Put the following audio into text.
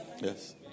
Yes